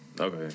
Okay